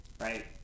right